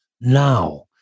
now